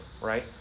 right